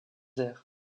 airs